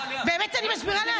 עוד פעם, אני מסבירה לאט.